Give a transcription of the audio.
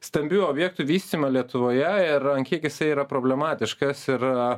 stambių objektų vystymą lietuvoje ir ant kiek jisai yra problematiškas ir